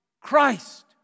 Christ